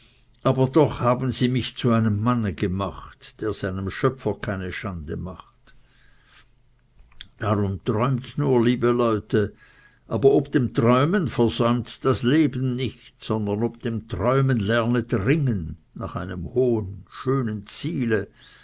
aber doch haben sie mich zu einem mann gemacht der seinem schöpfer keine schande macht darum träumt nur liebe leute aber ob dem träumen verträumt das leben nicht sondern ob dem träumen lernet ringen nach einem hohen schönen ziele